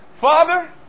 Father